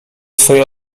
swej